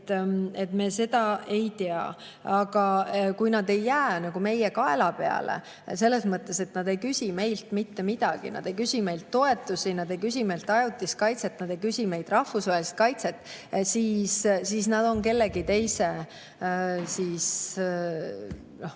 tea. Me seda ei tea. Aga kui nad ei jää meie kaela peale, selles mõttes, et nad ei küsi meilt mitte midagi, nad ei küsi meilt toetusi, nad ei küsi meilt ajutist kaitset, nad ei küsi meilt rahvusvahelist kaitset, siis nad on kellegi teise nii-öelda